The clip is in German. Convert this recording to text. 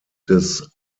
des